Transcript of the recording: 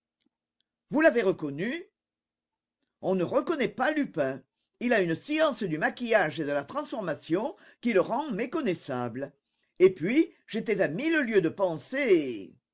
vous l'avez reconnu on ne reconnaît pas lupin il a une science du maquillage et de la transformation qui le rend méconnaissable et puis j'étais à mille lieues de penser